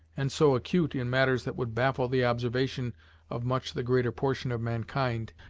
and so acute in matters that would baffle the observation of much the greater portion of mankind,